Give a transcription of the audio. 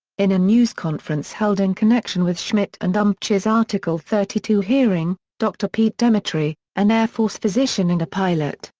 in a news conference held in connection with schmidt and umbach's article thirty two hearing, dr. pete demitry, an air force physician and a pilot,